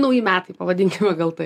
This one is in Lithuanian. nauji metai pavadinkime gal taip